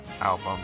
album